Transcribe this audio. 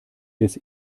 des